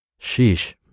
Sheesh